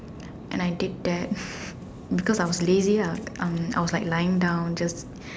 and I did that because I was lazy lah um I was like lying down just